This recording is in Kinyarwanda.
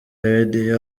lady